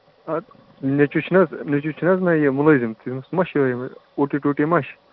اَدٕ نیٚچوٗ چھُنہٕ حظ نیٚچوٗ چھِنہٕ مےٚ یہِ مُلٲزِم تہِ سُہ مہ چھِ یِہوٚے اوٗٹری ٹوٗٹری ما چھُ